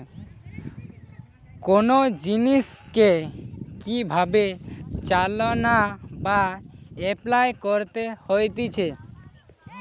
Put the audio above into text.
কোন জিনিসকে কি ভাবে চালনা বা এপলাই করতে হতিছে